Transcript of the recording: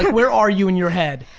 where are you in your head?